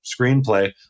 screenplay